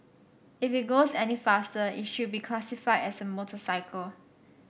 if it goes any faster it should be classified as a motorcycle